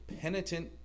penitent